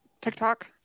TikTok